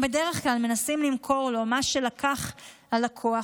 הם בדרך כלל מנסים למכור לו מה שלקח הלקוח